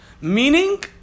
meaning